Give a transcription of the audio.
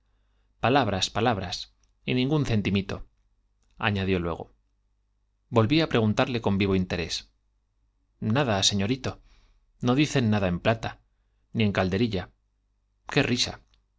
palabras palabras y ningún centimito añadió luego volví á preguntarle con vivo interés nada señorito no dicen nada ni en plata en calderilla i qué risa